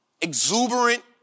exuberant